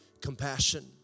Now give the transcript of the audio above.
compassion